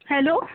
hello